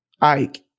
Ike